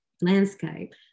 landscape